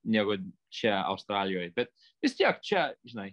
negu čia australijoj bet vis tiek čia žinai